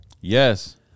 Yes